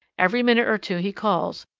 every minute or two he calls,